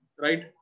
Right